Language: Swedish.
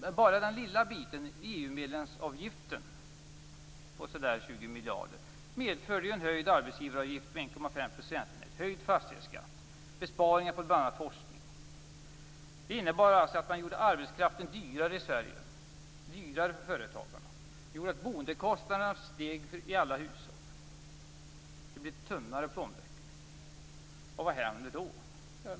Men bara den lilla EU-medlemsavgiften på så där 20 miljarder medförde ju en höjd arbetsgivaravgift med 1,5 procentenhet, höjd fastighetsskatt, besparingar på bl.a. forskning. Det innebar alltså att man gjorde arbetskraften dyrare i Sverige, dyrare för företagarna. Det gjorde att boendekostnaderna steg i alla hushåll. Det blev tunnare plånböcker. Och vad händer då?